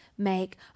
make